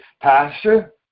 Pastor